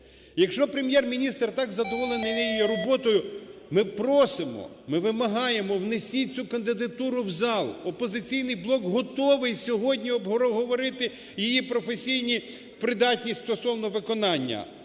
Якщо Прем'єр-міністр так задоволений її роботою, ми просимо, ми вимагаємо: внесіть цю кандидатуру в зал. "Опозиційний блок" готовий сьогодні обговорити її професійну придатність стосовно виконання.